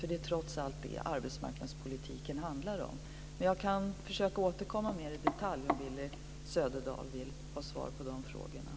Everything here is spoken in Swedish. Det är trots allt det som arbetsmarknadspolitiken handlar om. Jag kan försöka återkomma med mer detaljer om Willy Söderdahl vill ha det.